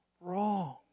wrong